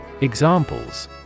Examples